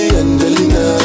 angelina